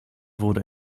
wurde